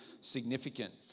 significant